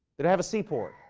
they'd have a seaport.